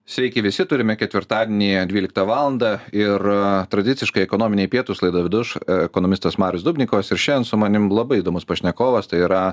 sveiki visi turime ketvirtadienį dvyliktą valandą ir tradiciškai ekonominiai pietūs laidą vedu aš ekonomistas marius dubnikovas ir šiandien su manim labai įdomus pašnekovas tai yra